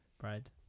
bread